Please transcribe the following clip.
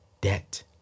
debt